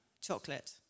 chocolate